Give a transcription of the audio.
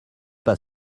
pas